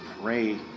pray